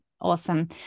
Awesome